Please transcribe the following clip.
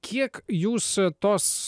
kiek jūs tos